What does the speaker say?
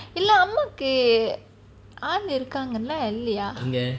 இல்ல அம்மாக்கு ஆளு இருக்காங்க ல இல்லையா:illa ammaku aalu irukaanga laey illaiya